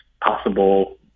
possible